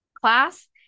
class